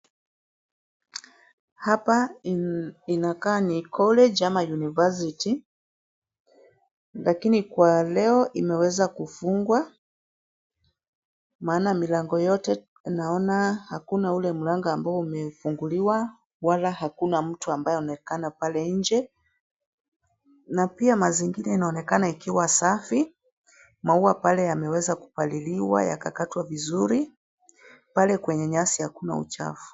Hapa inakaa ni college ama university . Lakini kwa leo imeweza kufungwa. Maana milango yote naona hakuna ule mlango ambao umefunguliwa, wala hakuna mtu ambaye anaonekana pale nje na pia mazingira inaonekana ikiwa safi, maua pale yameweza kupaliliwa yakakatwa vizuri, pale kwenye nyasi hakuna uchafu.